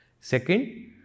Second